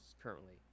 currently